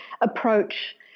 approach